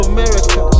America